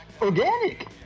organic